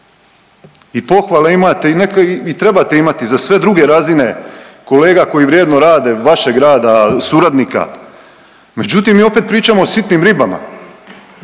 I pohvale imate i trebate imati za sve druge razine kolega koji vrijedno rade, vašeg rada, suradnika. Međutim, mi opet pričamo o sitnim ribama.